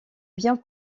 biens